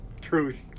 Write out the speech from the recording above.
truth